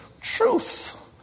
truth